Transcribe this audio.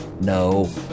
No